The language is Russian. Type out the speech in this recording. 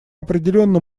определенно